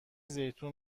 زیتون